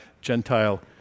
Gentile